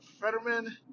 Fetterman